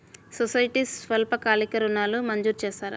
సొసైటీలో స్వల్పకాలిక ఋణాలు మంజూరు చేస్తారా?